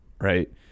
right